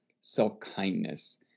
self-kindness